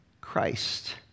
Christ